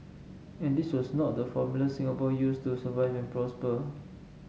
and this was not the formula Singapore used to survive and prosper